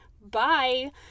Bye